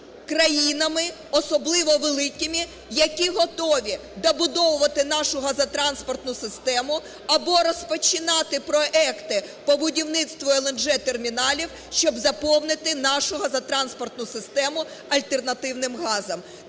країнами, особливо великими, які готові добудовувати нашу газотранспортну систему або розпочинати проекти по будівництву LNG-терміналів, щоб заповнити нашу газотранспортну систему альтернативним газом.